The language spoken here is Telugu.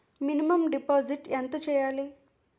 మినిమం డిపాజిట్ ఎంత చెయ్యాలి?